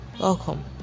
Welcome